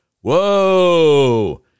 Whoa